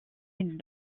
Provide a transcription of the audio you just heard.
est